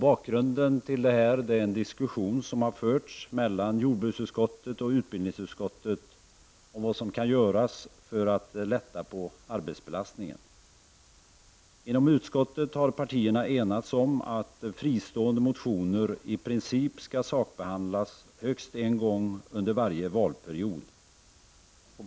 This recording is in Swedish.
Bakgrunden är en diskussion som har förts mellan jordbruksutskottet och utbildningsutskottet om vad som kan göras för att minska arbetsbelastningen. Inom utskottet har partierna enats om att fristående motioner i princip skall sakbehandlas högst en gång under varje valperiod.